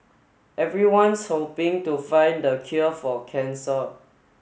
everyone's hoping to find the cure for cancer